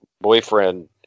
boyfriend